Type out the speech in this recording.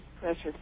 precious